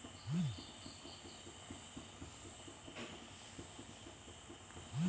Mobile ನಲ್ಲಿ UPI PIN ಹೇಗೆ create ಮಾಡುವುದು?